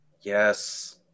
Yes